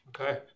Okay